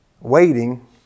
Waiting